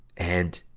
and,